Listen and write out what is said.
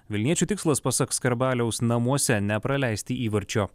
vilniečių tikslas pasak skarbaliaus namuose nepraleisti įvarčio